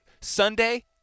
Sunday